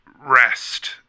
rest